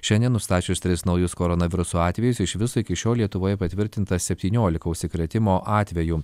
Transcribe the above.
šiandien nustačius tris naujus koronaviruso atvejus iš viso iki šiol lietuvoje patvirtinta septyniolika užsikrėtimo atvejų